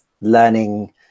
learning